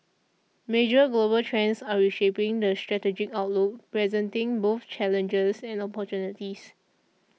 major global trends are reshaping the strategic outlook presenting both challenges and opportunities